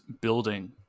building